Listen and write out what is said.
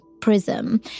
prism